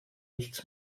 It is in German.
nichts